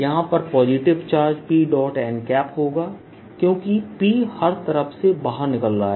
यहां पर positive charge P n होगा क्योंकि Pहर तरफ से बाहर निकल रहा है